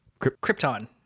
Krypton